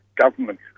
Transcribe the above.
government